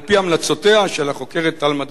על-פי המלצותיה של החוקרת תלמה דוכן.